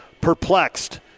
perplexed